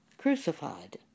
crucified